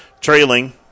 trailing